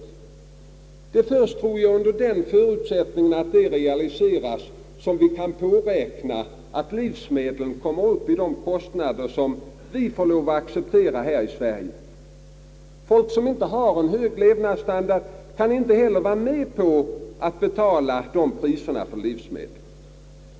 Endast under förutsättning att någonting sådant kan realiseras tror jag att vi kan räkna med att livsmedlen kommer upp i den prisnivå som vi får lov att acceptera här i landet. Folk som inte har en hög levnadsstandard kan inte heller betala höga priser på livsmedel.